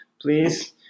please